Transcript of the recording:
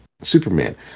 Superman